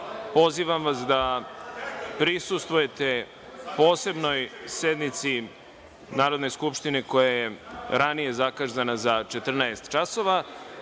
pozivam vas da prisustvujete Posebnoj sednici Narodne skupštine koja je ranije zakazana za 14,00 časova,